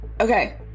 okay